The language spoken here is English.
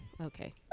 Okay